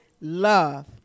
love